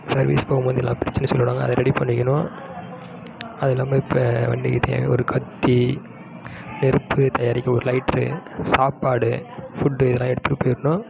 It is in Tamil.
சர்வீஸ் போகும்போது எல்லா பிரச்சனையும் சொல்லிவிடுவாங்க அதை ரெடி பண்ணிக்கணும் அது இல்லாமல் இப்போ வண்டிக்கு தேவை ஒரு கத்தி நெருப்பு தயாரிக்க ஒரு லைட்ரு சாப்பாடு ஃபுட்டு இதெல்லாம் எடுத்துட்டு போயிடணும்